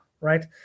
Right